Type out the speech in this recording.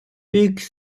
bridge